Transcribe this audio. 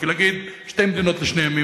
כי לומר שתי מדינות לשני עמים,